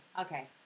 okay